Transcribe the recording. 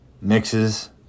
mixes